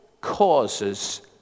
causes